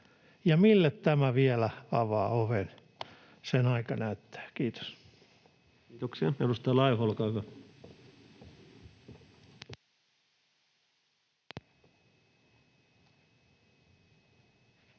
Ja mille tämä vielä avaa oven, sen aika näyttää. — Kiitos. Kiitoksia. — Edustaja Laiho, olkaa hyvä. Arvoisa